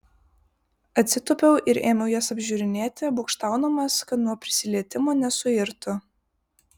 atsitūpiau ir ėmiau jas apžiūrinėti būgštaudamas kad nuo prisilietimo nesuirtų